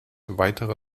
weitere